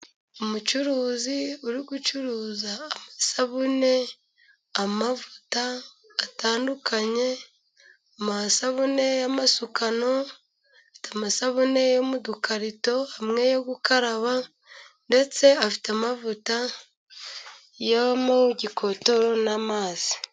Umucuruzi uri gucuruza amasabune, amavuta atandukanye, amasabune y'amasukano, amasabune yo mu dukarito, amwe yo gukaraba, ndetse afite amavuta yo mu gikotoro n'amazi.